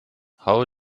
how